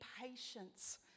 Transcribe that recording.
patience